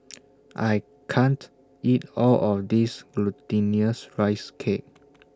I can't eat All of This Glutinous Rice Cake